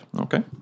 Okay